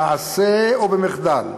במעשה או במחדל,